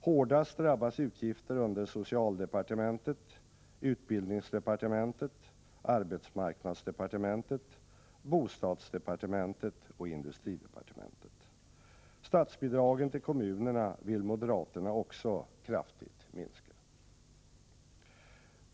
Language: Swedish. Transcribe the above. Hårdast drabbas utgifter under socialdepartementet, utbildningsdepartementet, arbetsmarknadsdepartementet, bostadsdepartementet och industridepartementet. Statsbidragen till kommunerna vill moderaterna också kraftigt minska.